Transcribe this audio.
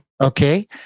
Okay